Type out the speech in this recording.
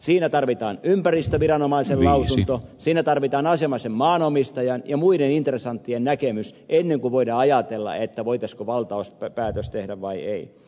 siinä tarvitaan ympäristöviranomaisen lausunto siinä tarvitaan asianomaisen maanomistajan ja muiden intresanttien näkemys ennen kuin voidaan ajatella voitaisiinko valtauspäätös tehdä vai ei